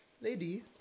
Lady